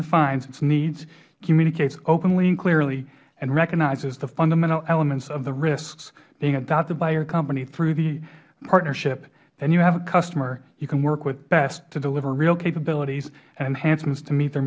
defines its needs communicates openly and clearly and recognizes the fundamental elements of the risks being adopted by your company through the partnership then you have a customer you can work with best to deliver real capabilities and enhancements to meet their